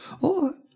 or